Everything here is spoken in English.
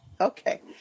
Okay